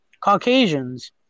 Caucasians